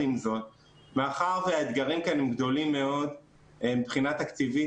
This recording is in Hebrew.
מאחר והאתגרים כאן הם גדולים מאוד מבחינה תקציבית